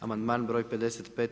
Amandman broj 55.